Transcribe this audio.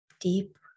deep